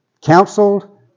Counseled